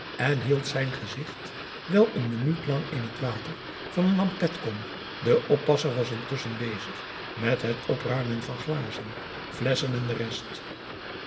en hield zijn gezicht wel een minuut lang in het water van een lampetkom de oppasser was intusschen bezig met het opruimen van glazen flesschen en de rest